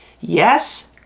Yes